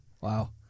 Wow